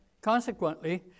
consequently